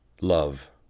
love